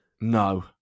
No